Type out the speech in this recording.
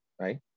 Right